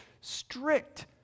strict